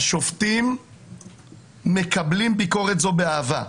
השופטים מקבלים ביקורת זו באהבה.